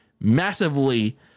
massively